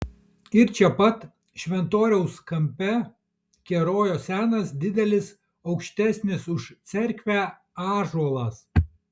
ir čia pat šventoriaus kampe kerojo senas didelis aukštesnis už cerkvę ąžuolas